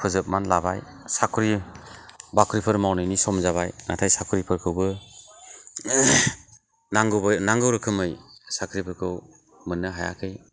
फोजोबनानै लाबाय साख्रि बाख्रिफोर मावनायनि सम जाबाय नाथाय साख्रि फोरखौबो नांगौ रोखोमै साख्रि फोरखौ मोननो हायाखै